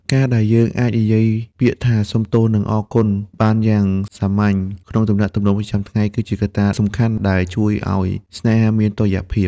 ការដែលយើងអាចនិយាយពាក្យថា «សុំទោស» និង «អរគុណ» បានយ៉ាងសាមញ្ញក្នុងទំនាក់ទំនងប្រចាំថ្ងៃ គឺជាកត្តាសំខាន់ដែលជួយឱ្យស្នេហាមានតុល្យភាព។